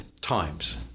times